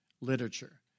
literature